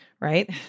right